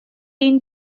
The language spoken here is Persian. این